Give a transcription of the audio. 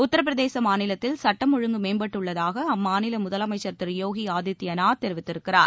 உத்தரப்பிரதேச மாநிலத்தில் சுட்டம் ஒழுங்கு மேம்பட்டுள்ளதாக அம்மாநில முதலமைச்சர் திரு யோகி ஆதித்யாநாத் தெரிவித்திருக்கிறார்